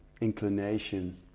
inclination